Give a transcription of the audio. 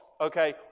okay